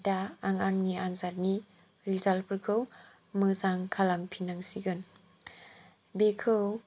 दा आं आंनि आनजादनि रिजाल्ट फोरखौ मोजां खालाम फिननांसिगोन